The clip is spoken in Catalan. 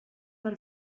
per